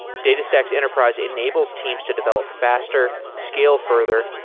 datastax enterprise enables teams to develop faster, scale further,